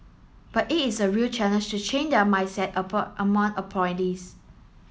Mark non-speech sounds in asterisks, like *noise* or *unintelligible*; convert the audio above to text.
but it is a real challenge to change their mindset *unintelligible* among *unintelligible*